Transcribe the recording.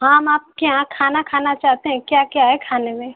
हम आपके यहाँ खाना खाना चाहते हैं क्या क्या है खाने में